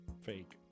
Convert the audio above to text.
fake